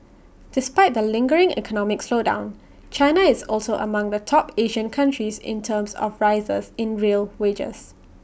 despite the lingering economic slowdown China is also among the top Asian countries in terms of rises in real wages